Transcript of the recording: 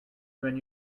when